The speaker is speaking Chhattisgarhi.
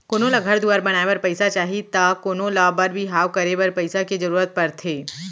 कोनो ल घर दुवार बनाए बर पइसा चाही त कोनों ल बर बिहाव करे बर पइसा के जरूरत परथे